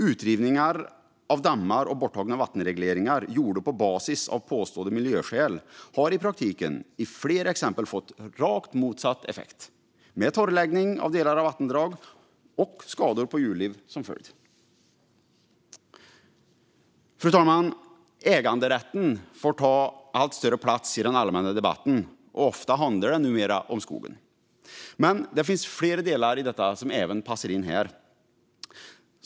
Utrivningar av dammar och borttagna vattenregleringar gjorda på basis av påstådda miljöskäl har i praktiken i flera fall fått rakt motsatt effekt med torrläggning av delar av vattendrag och skador på djurliv som följd. Fru talman! Äganderätten får ta allt större plats i den allmänna debatten, och ofta handlar det numera om skogen. Men det finns flera delar som passar in även här.